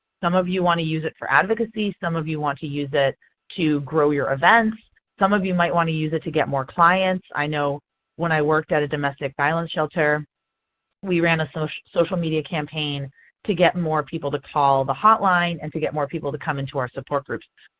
some of you want to use it for advocacy, some of you want to use it to grow your events, some of you might want to use it to get more clients. i know when i worked at a domestic violence shelter we ran a social social media campaign to get more people to call the hotline and to get more people to come into our support groups.